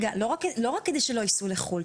לא רק כדי שלא ייסעו לחו"ל.